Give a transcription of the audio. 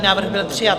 Návrh byl přijat.